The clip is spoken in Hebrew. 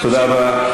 תודה רבה,